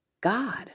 God